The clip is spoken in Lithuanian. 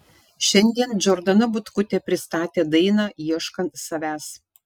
šiandien džordana butkutė pristatė dainą ieškant savęs